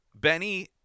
Benny